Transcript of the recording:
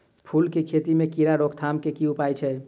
फूल केँ खेती मे कीड़ा रोकथाम केँ की उपाय छै?